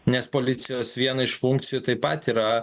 nes policijos viena iš funkcijų taip pat yra